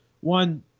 One